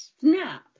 snap